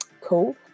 cool